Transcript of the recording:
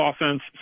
offense